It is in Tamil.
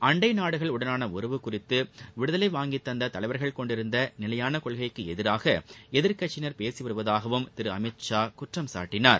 அண்டை நாடுகளுடனான உறவு குறித்து விடுதலை வாங்கித் தந்த தலைவர்கள் கொண்டிருந்த நிலையான கொள்கைக்கு எதிராக எதிர்க்கட்சியினர் பேசி வருவதாகவும் திரு அமித் ஷா குற்றம் சாட்டினார்